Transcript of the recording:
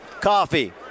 Coffee